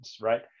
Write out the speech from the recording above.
Right